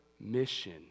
mission